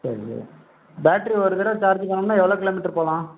சரி பேட்ரி ஒரு தடவ சார்ஜு பண்ணுணோம்னா எவ்வளோ கிலோ மீட்ரு போகலாம்